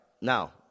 now